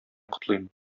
котлыйм